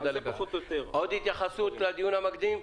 עוד התייחסות לדיון המקדים?